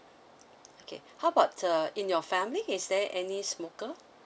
okay how about the in your family is there any smoker